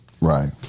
right